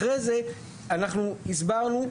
אחרי זה אנחנו הסברנו,